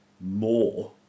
more